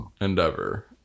endeavor